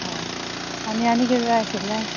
हय आनी आनी कितें जाय आशिल्लें